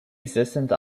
existence